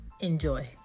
Enjoy